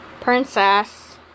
Princess